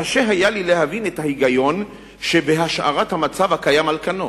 קשה היה לי להבין את ההיגיון שבהשארת המצב הקיים על כנו.